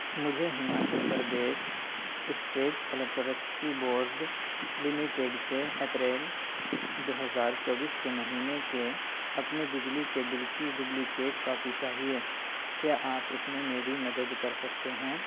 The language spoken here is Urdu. مجھے Himachal Pradesh state electricity board limited سے اپریل دو ہزار چوبیس کے مہینے کے اپنے بجلی کے بل کی ڈبلیکیٹ کاپی چاہیے کیا آپ اس میں میری مدد کر سکتے ہیں